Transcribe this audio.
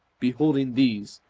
beholding these,